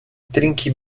trinki